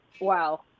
wow